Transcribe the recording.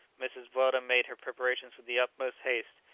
mrs. weldon made her preparations with the utmost haste,